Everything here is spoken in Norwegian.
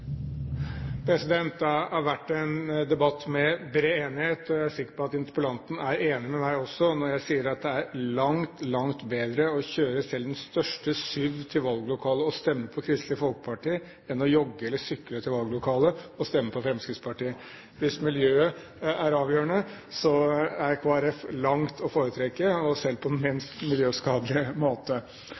jeg er sikker på at interpellanten er enig med meg også når jeg sier at det er langt, langt bedre å kjøre selv den største SUV til valglokalet og stemme på Kristelig Folkeparti enn å jogge eller sykle til valglokalet og stemme på Fremskrittspartiet. Hvis miljøet er avgjørende, så er Kristelig Folkeparti langt å foretrekke, selv på den mest miljøskadelige måte